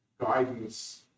guidance